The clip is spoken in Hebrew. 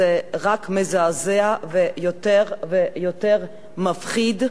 זה רק מזעזע, ויותר ויותר מפחיד,